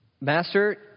Master